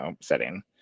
setting